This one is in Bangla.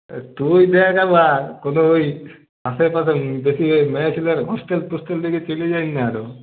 তুই দেখ এবার কতই আশেপাশে বেশি মেয়েছেলের হোস্টেল ফোস্টেল দেখে চলে যাস না আরও